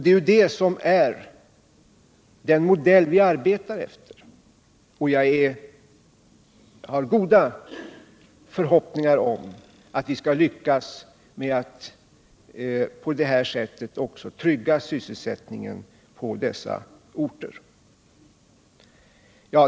Det är det som är den modell vi arbetar efter. Jag har goda förhoppningar om att vi skall lyckas med att på det här sättet också trygga sysselsättningen för dessa orter.